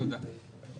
תודה.